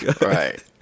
right